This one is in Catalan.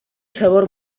sabor